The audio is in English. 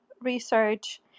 research